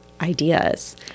ideas